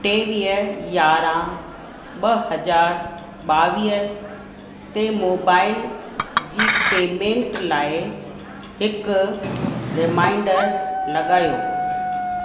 टेवीह यारहं ॿ हज़ार ॿावीह ते मोबाइल जी पेमेंट लाइ हिकु रिमाइंडर लॻायो